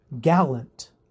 gallant